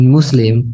Muslim